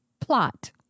plot